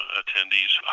attendees